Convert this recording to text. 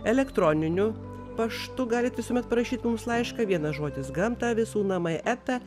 elektroniniu paštu galit visuomet parašyt mums laišką vienas žodis gamta visų namai eta